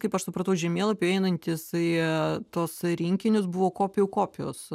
kaip aš supratau žemėlapių einantys į tuos rinkinius buvo kopijų kopijos